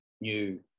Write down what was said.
new